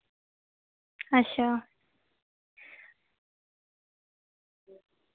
अच्छा